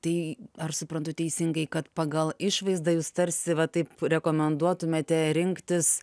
tai ar suprantu teisingai kad pagal išvaizdą jūs tarsi va taip rekomenduotumėte rinktis